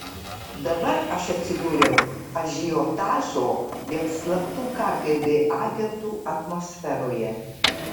dabar aš atsidūriau ažiotažo dėl slaptų kgb agentų atmosferoje